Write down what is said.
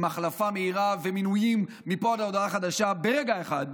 עם ההחלפה מהירה ומינויים מפה עד להודעה חדשה ברגע אחד?